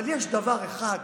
אבל יש דבר אחד: